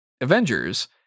Avengers